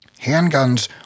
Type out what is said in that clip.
Handguns